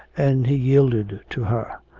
and he yielded to her,